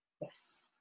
Yes